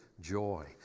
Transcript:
joy